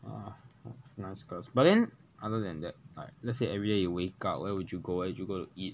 ah nice cars but then other than that like let's say everyday you wake up where would you go where would you go to eat